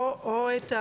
או רישיון GMP אירופי או?